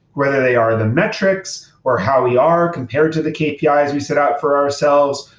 whether they are the metrics, or how we are compared to the kpi ah as we set out for ourselves,